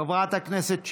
חברת הכנסת שיר,